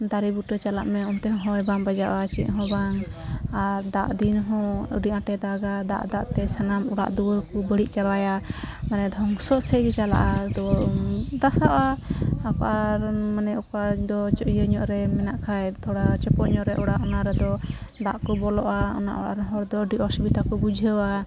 ᱫᱟᱨᱮᱵᱩᱴᱟᱹ ᱪᱟᱞᱟᱜᱢᱮ ᱚᱱᱛᱮᱦᱚᱸ ᱦᱚᱭ ᱵᱟᱝ ᱵᱟᱡᱟᱜᱼᱟ ᱪᱮᱫᱦᱚᱸ ᱵᱟᱝ ᱟᱨ ᱫᱟᱜᱫᱤᱱᱦᱚᱸ ᱟᱹᱰᱤ ᱟᱴᱮ ᱫᱟᱜᱟ ᱫᱟᱜᱼᱫᱟᱜᱛᱮ ᱥᱟᱱᱟᱢ ᱚᱲᱟᱜ ᱫᱩᱣᱟᱹᱨᱠᱚ ᱵᱟᱹᱲᱤᱡ ᱪᱟᱵᱟᱭᱟ ᱢᱟᱱᱮ ᱫᱷᱚᱝᱥᱚᱥᱮᱪᱜᱮ ᱪᱟᱞᱟᱜᱼᱟ ᱛᱳ ᱫᱟᱥᱟᱜᱼᱟ ᱢᱟᱱᱮ ᱚᱠᱟᱫᱚ ᱤᱭᱟᱹᱧᱚᱜᱨᱮ ᱢᱮᱱᱟᱜ ᱠᱷᱟᱡ ᱛᱷᱚᱲᱟ ᱪᱚᱠᱳᱧᱚᱜᱨᱮ ᱚᱲᱟᱜ ᱚᱱᱟ ᱨᱮᱫᱚ ᱫᱟᱜᱠᱚ ᱵᱚᱞᱚᱜᱼᱟ ᱚᱱᱟ ᱚᱲᱟᱜᱨᱮᱱ ᱦᱚᱲᱫᱚ ᱟᱹᱰᱤ ᱚᱥᱩᱵᱤᱫᱷᱟ ᱠᱚ ᱵᱩᱡᱷᱟᱹᱣᱟ